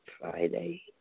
Friday